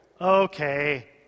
okay